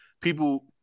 people